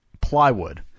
plywood